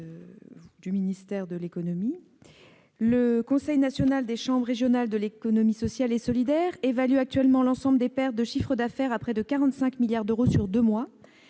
Merci